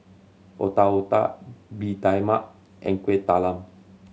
Otak Otak Bee Tai Mak and Kuih Talam